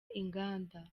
inganda